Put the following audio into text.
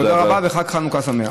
תודה רבה וחג חנוכה שמח.